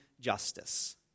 justice